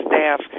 staff